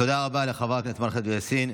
תודה רבה לחברת הכנסת אימאן ח'טיב יאסין.